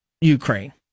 Ukraine